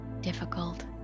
difficult